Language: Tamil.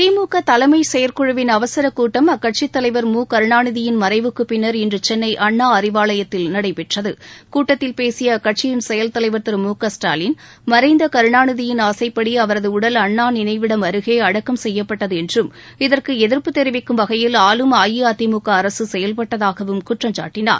திமுக தலைமை செயற்குழுவின் அவசரக் கூட்டம் அக்கட்சித் தலைவா் மு கருணாநிதியின் மறைவுக்குப் பின்னர் இன்று சென்னை அண்ணா அறிவாலயத்தில் நடைபெற்றது கூட்டத்தில் பேசிய அக்கட்சியின் செயல் தலைவா் திரு மு க ஸ்டாலின் மறைந்த கருணாநிதியின் ஆசைப்படி அவரது உடல் அண்ணா நினைவிடம் அருகே அடக்கம் செய்யப்பட்து என்றும் இதற்கு எதிர்ப்பு தெரிவிக்கும் வகையில் ஆளும் அஇஅதிமுக அரசு செயல்பட்டதாகவும் குற்றம்சாட்டினார்